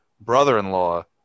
brother-in-law